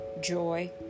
joy